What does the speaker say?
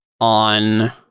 on